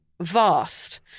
vast